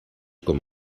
com